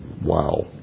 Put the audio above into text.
Wow